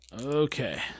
okay